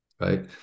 right